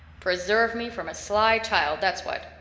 preserve me from a sly child, that's what.